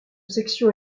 section